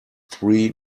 three